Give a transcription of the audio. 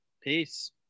peace